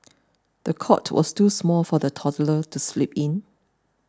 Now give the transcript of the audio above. the cot was too small for the toddler to sleep in